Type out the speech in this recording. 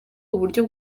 uburyo